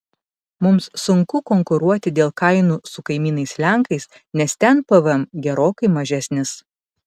mums sunku konkuruoti dėl kainų su kaimynais lenkais nes ten pvm gerokai mažesnis